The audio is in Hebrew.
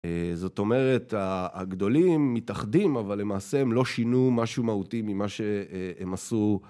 זאת אומרת הגדולים מתאחדים אבל למעשה הם לא שינו משהו מהותי ממה שהם עשו